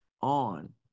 on